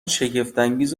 شگفتانگیز